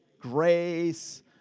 grace